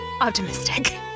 optimistic